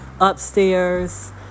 upstairs